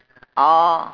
orh